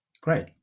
Great